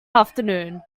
afternoon